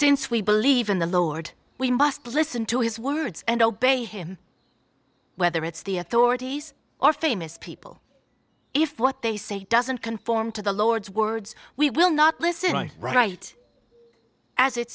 since we believe in the lord we must listen to his words and obey him whether it's the authorities or famous people if what they say doesn't conform to the lowered words we will not listen right